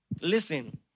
listen